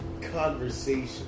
Conversation